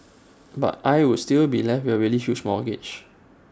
but I would still be left with A really huge mortgage